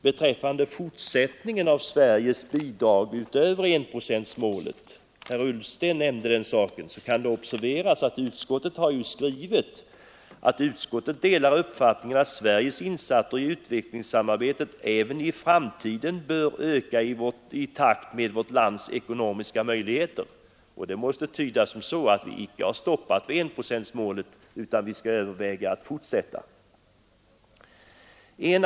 Beträffande fortsättningen av Sveriges bidrag utöver enprocentsmålet — herr Ullsten nämnde den saken — kan observeras att utskottet har skrivit: ”Utskottet delar uppfattningen att Sveriges insatser i utvecklingssamarbetet även i framtiden bör öka i takt med vårt lands ekonomiska möjligheter.” Detta måste väl tydas så, att vi icke har stoppat enprocentsmålet utan att vi skall överväga att fortsätta i riktning mot detta mål.